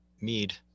mead